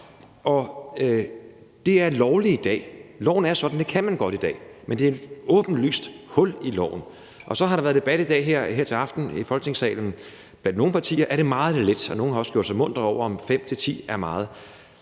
Det er lovligt i dag, for loven er sådan, at det kan man godt i dag, men det er et åbenlyst hul i loven. Så har der været debat i dag her til aften i Folketingssalen. For nogle partier er det meget lidt, og nogle har også gjort sig muntre over, i forhold